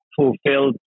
fulfilled